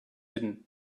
hidden